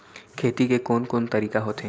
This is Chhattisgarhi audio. खेती के कोन कोन तरीका होथे?